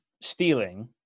stealing